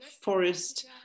forest